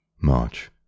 March